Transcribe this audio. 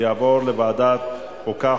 ותעבור לוועדת החוקה,